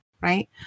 right